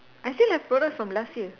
I still have products from last year